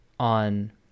on